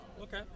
Okay